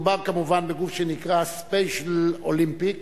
מדובר כמובן בגוף שנקרא Special Olympic,